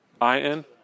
I-N